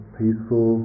peaceful